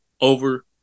over